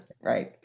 Right